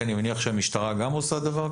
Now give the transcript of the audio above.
כי אני מניח שהמשטרה גם עושה דבר כזה.